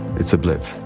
it's a blip.